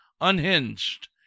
unhinged